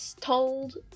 told